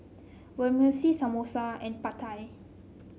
Vermicelli Samosa and Pad Thai